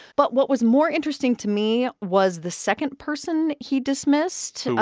but what was more interesting to me was the second person he dismissed.